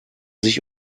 sich